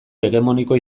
hegemoniko